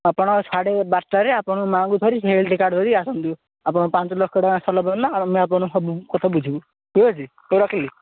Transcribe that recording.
ଆପଣ ସାଢ଼େ ବାରଟାରେ ଆପଣଙ୍କ ମାଆଙ୍କୁ ଧରି ହେଲଥ କାର୍ଡ଼ ଧରି ଆସନ୍ତୁ ଆପଣ ପାଞ୍ଚ ଲକ୍ଷ ଟଙ୍କା ସରିଲା ପର୍ଯ୍ୟନ୍ତ ଆମେ ଆପଣଙ୍କ ସବୁ କଥା ବୁଝିବୁ ଠିକ ଅଛି ହୋଉ ରଖିଲି